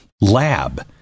lab